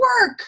work